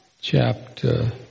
Chapter